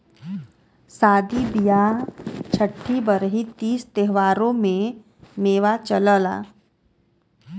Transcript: सादी बिआह छट्ठी बरही तीज त्योहारों में मेवा चलला